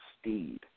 Steed